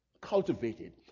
cultivated